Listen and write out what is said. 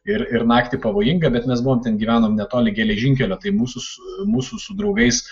ir ir naktį pavojinga bet mes buvom ten gyvenom netoli geležinkelio tai mūsų mūsų su draugais